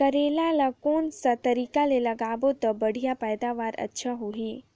करेला ला कोन सा तरीका ले लगाबो ता बढ़िया पैदावार अच्छा होही?